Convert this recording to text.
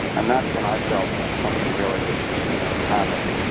and that's when i felt like something really was you know happening.